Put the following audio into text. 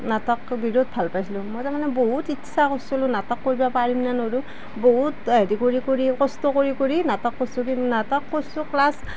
নাটক বিৰট ভাল পাইছিলোঁ মই তাৰ মানে বহুত ইচ্ছা কৰিছিলোঁ নাটক কৰিব পাৰিম নে নোৱাৰোঁ বহুত হেৰি কৰি কৰি কষ্ট কৰি কৰি নাটক কৰিছোঁ কি নাটক কৰিছোঁ ক্লাছ